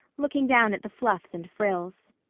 looking down at the fluffs and frills.